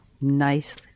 nice